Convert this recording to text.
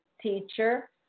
teacher